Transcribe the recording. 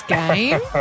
game